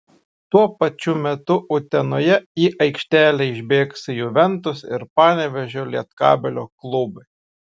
tuo pačiu metu utenoje į aikštelę išbėgs juventus ir panevėžio lietkabelio klubai